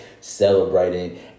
celebrating